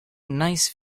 nice